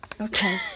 Okay